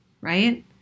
right